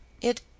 It